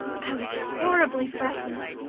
i was horribly frightened,